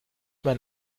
mein